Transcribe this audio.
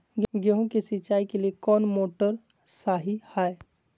गेंहू के सिंचाई के लिए कौन मोटर शाही हाय?